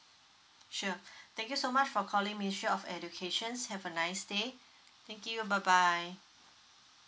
sure thank you so much for calling ministry of education have a nice day thank you bye bye